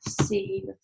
see